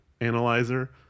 analyzer